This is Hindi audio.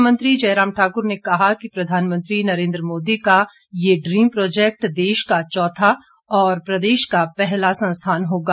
मुख्यमंत्री जयराम ठाकुर ने कहा कि प्रधानमंत्री नरेन्द्र मोदी का ये ड्रीम प्रोजैक्ट देश का चौथा और प्रदेश का पहला संस्थान होगा